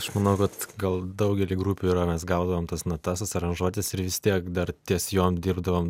aš manau kad gal daugeliui grupių yra mes gaudavom tas natas tas aranžuotes ir vis tiek dar ties jom dirbdavom